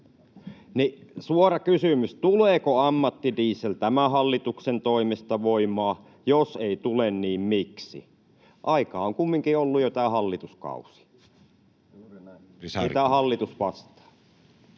hallitukselle: Tuleeko ammattidiesel tämä hallituksen toimesta voimaan? Jos ei tule, niin miksi? Aikaa on kumminkin ollut jo tämä hallituskausi. Mitä hallitus vastaa?